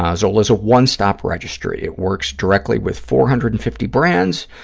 ah zola is a one-stop registry. it works directly with four hundred and fifty brands,